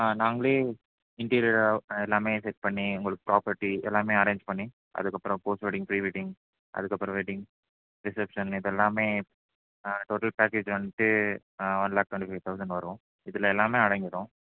ஆ நாங்களே இன்டீரியர் எல்லாமே செட் பண்ணி உங்களுக்கு ப்ராப்பர்டி எல்லாமே அரேஞ்ச் பண்ணி அதுக்கப்புறம் போஸ்ட் வெட்டிங் ப்ரீ வெட்டிங் அதுக்கப்புறம் வெட்டிங் ரிசப்ஷன் இது எல்லாமே டோட்டல் பேக்கேஜ் வந்துட்டு one lakh twenty five thousand வரும் இதில் எல்லாமே அடங்கிடும்